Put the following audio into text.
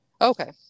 Okay